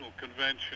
Convention